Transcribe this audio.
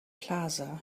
plaza